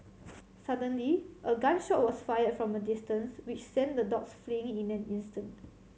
suddenly a gun shot was fired from a distance which sent the dogs fleeing in an instant